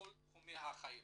בכל תחומי החיים.